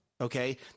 Okay